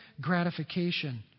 gratification